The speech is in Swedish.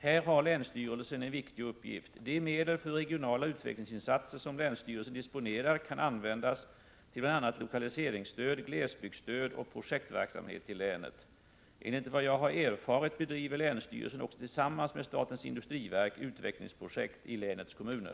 Här har länsstyrelsen en viktig uppgift. De medel för regionala utvecklingsinsatser som länsstyrelsen disponerar kan användas till bl.a. lokaliseringsstöd, glesbygdsstöd och projektverksamhet i länet. Enligt vad jag har erfarit bedriver länsstyrelsen också tillsammans med statens industriverk utvecklingsprojekt i länets kommuner.